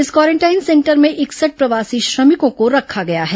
इस quarantine centre में इकसठ प्रवासी श्रमिकों को रखा गया है